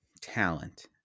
talent